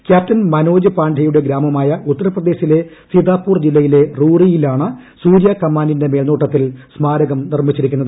captain Manoj പാണ്ഡെയുടെ ഗ്രാമമായ ഉത്തർപ്രദേശിലെ സീതാപൂർജില്ലയിലെ റൂറിയിലാണ് സൂര്യ കമാൻഡിന്റെ മേൽനോട്ടത്തിൽ സ്മാരകം നിർമ്മിച്ചിരിക്കുന്നത്